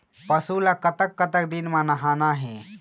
पशु ला कतक कतक दिन म नहाना हे?